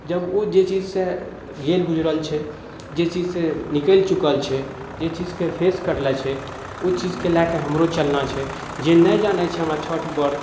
जब ओ जे चीजसँ गेल गुजरल छै जाहि चीजसँ निकलि चुकल छै जे चीजके फेस करले छै ओ चीजके लऽ कऽ हमरो चलना छै जे नहि जानै छै हमरा छोट बड़